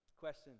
question